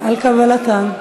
על קבלתן.